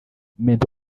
mento